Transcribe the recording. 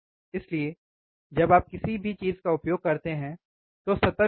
इसलिए जब आप किसी भी चीज़ का उपयोग करते हैं तो सतर्क रहें